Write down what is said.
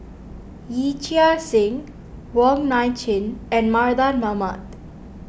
Yee Chia Hsing Wong Nai Chin and Mardan Mamat